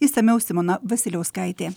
išsamiau simona vasiliauskaitė